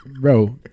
Bro